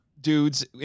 dudes